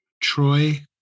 Troy